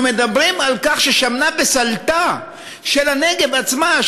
אנחנו מדברים על כך ששמנה וסולתה של הנגב עצמו,